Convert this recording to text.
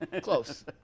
Close